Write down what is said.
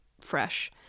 fresh